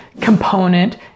component